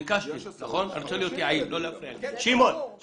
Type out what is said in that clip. אני רוצה לייעל את הדיון.